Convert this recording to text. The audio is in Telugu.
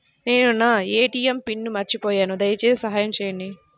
నేను నా ఏ.టీ.ఎం పిన్ను మర్చిపోయాను దయచేసి సహాయం చేయండి